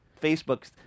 Facebook